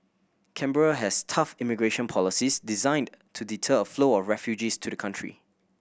Canberra has tough immigration policies designed to deter a flow of refugees to the country